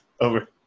over